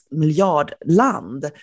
miljardland